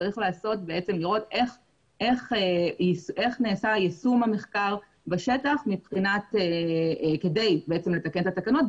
צריך לראות איך נעשה יישום המחקר בשטח כדי לתקן את התקנות,